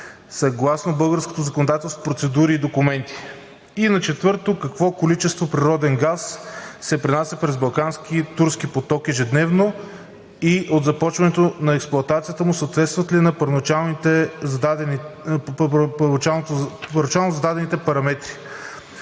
съгласно българското законодателство процедури и документи? И на четвърто, какво количество природен газ се пренася през Балкански поток (Турски поток) ежедневно и от започването на експлоатацията му и съответстват ли на първоначално зададените параметри?